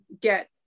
get